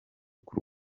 k’u